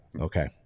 Okay